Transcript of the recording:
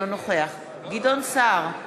נגד גדעון סער,